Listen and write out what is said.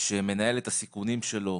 שמנהל את הסיכונים שלו